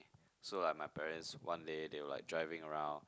so like my parents one day they were like driving around